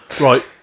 Right